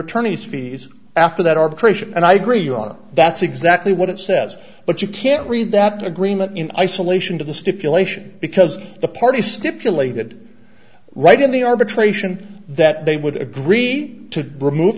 attorney's fees after that arbitration and i agree you want to that's exactly what it says but you can't read that agreement in isolation to the stipulation because the parties stipulated right in the arbitration that they would agree to remove